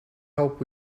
help